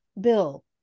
bill